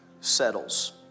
settles